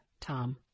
Tom